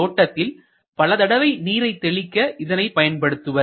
தோட்டத்தில் பலதடவை நீரைத் தெளிக்க இதனை பயன்படுத்துவர்